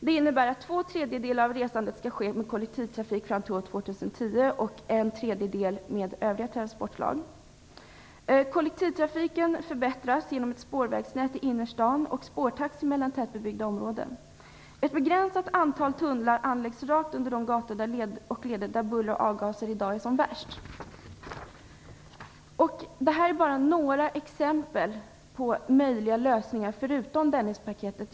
Det innebär att två tredjedelar av resandet skall ske med kollektivtrafik fram till år 2010 och en tredjedel skall ske med övriga transportslag. Kollektivtrafiken förbättras genom ett spårvägsnät i innerstan och spårtaxi mellan tätbebyggda områden. Ett begränsat antal tunnlar anläggs rakt under de gator och leder där buller och avgaser i dag är som värst. Detta är bara några exempel på möjliga lösningar, förutom Dennispaketet.